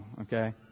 Okay